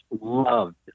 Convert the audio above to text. loved